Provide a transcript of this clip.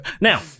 Now